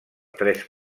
tres